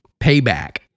payback